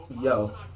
Yo